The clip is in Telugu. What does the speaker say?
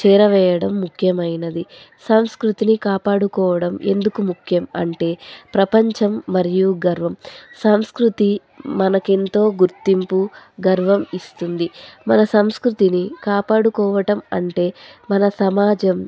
చేరవేయడం ముఖ్యమైనది సంస్కృతిని కాపాడుకోవడం ఎందుకు ముఖ్యం అంటే ప్రపంచం మరియు గర్వం సంస్కృతి మనకెంతో గుర్తింపు గర్వం ఇస్తుంది మన సంస్కృతిని కాపాడుకోవటం అంటే మన సమాజం